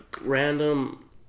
random